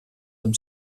amb